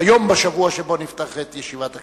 ביום בשבוע שבו נפתחת ישיבת הכנסת.